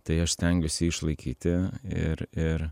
tai aš stengiuosi išlaikyti ir ir